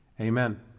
Amen